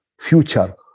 future